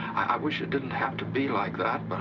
wish it didn't have to be like that, but i.